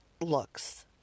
looks